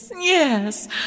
yes